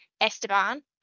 Esteban